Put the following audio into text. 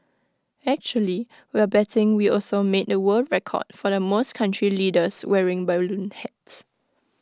actually we're betting we also made the world record for the most country leaders wearing balloon hats